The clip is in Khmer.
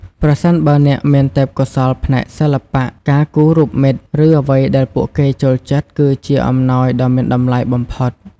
ប្រសិនបើអ្នកមានទេពកោសល្យផ្នែកសិល្បៈ ការគូររូបមិត្ត ឬអ្វីដែលពួកគេចូលចិត្ត គឺជាអំណោយដ៏មានតម្លៃបំផុត។